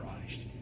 Christ